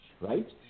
right